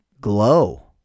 glow